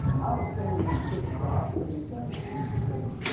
i was standing there in chris' office, and he says to me. he says.